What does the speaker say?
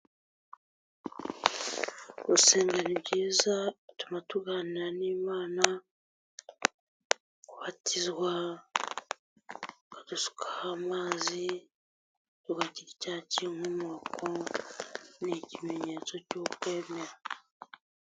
Gusenga ni byiza bituma tuganira n'Imana, kubatizwa badusukaho amazi tugakira icyaha k'inkomokongu, ni ikimenyetso cy'ukwemera.